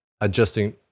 adjusting